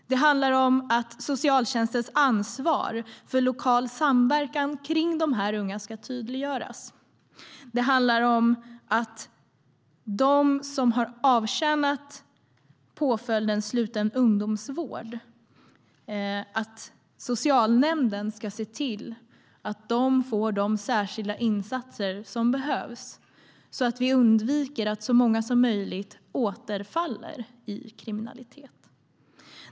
Det handlar om att socialtjänstens ansvar för lokal samverkan kring de här unga ska tydliggöras. Det handlar om att socialnämnden ska se till att de som har avtjänat påföljden sluten ungdomsvård får de särskilda insatser som behövs för att så få som möjligt återfaller i kriminalitet.